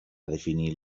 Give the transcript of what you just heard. definit